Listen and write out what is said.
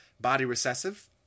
body-recessive